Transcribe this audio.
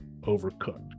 overcooked